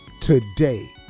today